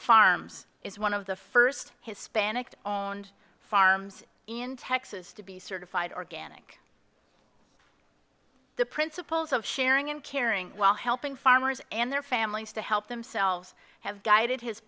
farms is one of the first hispanic farms in texas to be certified organic the principles of sharing and caring while helping farmers and their families to help themselves have guided his